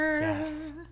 yes